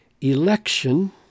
election